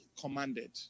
commanded